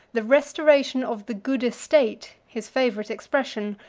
the restoration of the good estate, his favorite expression,